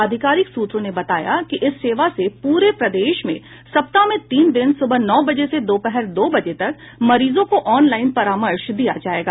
आधिकारिक सूत्रों ने बताया कि इस सेवा से पूरे प्रदेश में सप्ताह में तीन दिन सुबह नौ बजे से दोपहर दो बजे तक मरीजों को ऑनलाइन परामर्श दिया जायेगा